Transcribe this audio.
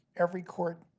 every court,